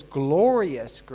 glorious